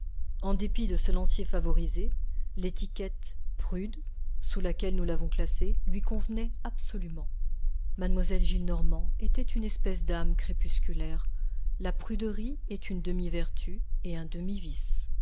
en dépit de ce lancier favorisé l'étiquette prude sous laquelle nous l'avons classée lui convenait absolument mlle gillenormand était une espèce d'âme crépusculaire la pruderie est une demi vertu et un